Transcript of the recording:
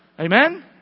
Amen